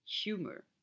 Humor